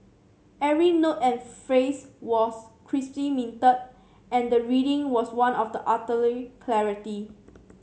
every note and phrase was crisply minted and the reading was one of the utterly clarity